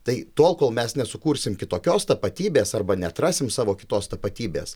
tai tol kol mes nesukursim kitokios tapatybės arba neatrasim savo kitos tapatybės